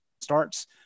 starts